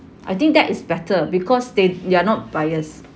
I think that is better because they they are not biased